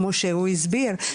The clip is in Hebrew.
כמו שהוא הסביר,